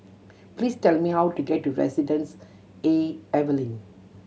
please tell me how to get to Residences A Evelyn